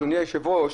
אדוני היושב-ראש,